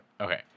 Okay